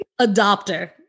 Adopter